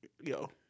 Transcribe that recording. yo